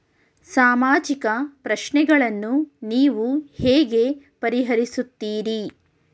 ಸಾಮಾಜಿಕ ಪ್ರಶ್ನೆಗಳನ್ನು ನೀವು ಹೇಗೆ ಪರಿಹರಿಸುತ್ತೀರಿ?